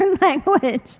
language